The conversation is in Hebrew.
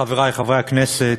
חברי חברי הכנסת,